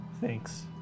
Thanks